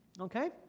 Okay